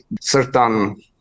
certain